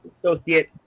associate